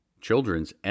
Children's